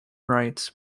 rights